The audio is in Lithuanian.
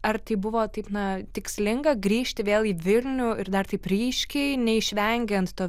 ar tai buvo taip na tikslinga grįžti vėl į vilnių ir dar taip ryškiai neišvengiant to